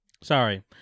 sorry